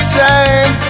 time